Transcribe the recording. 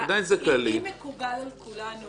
אם מקובל על כולנו